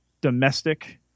domestic